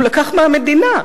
הוא לקח מהמדינה.